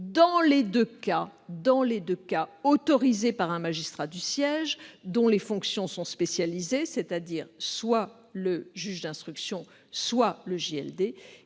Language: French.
dans les deux cas autorisées par un magistrat du siège dont les fonctions sont spécialisées, c'est-à-dire soit le juge d'instruction, soit le juge